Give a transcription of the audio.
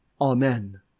Amen